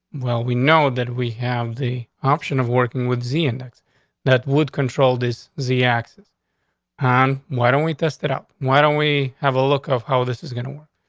well, we know that we have the option of working with z index that would control this z axis on. why don't we test it up? why don't we have a look of how this is gonna work?